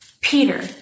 Peter